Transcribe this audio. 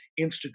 Instagram